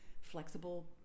flexible